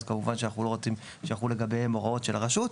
אז כמובן שאנחנו לא רוצים שיחולו עליהם ההוראות של הרשות.